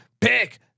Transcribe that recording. Pick